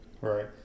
Right